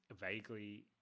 vaguely